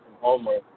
homework